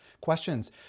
questions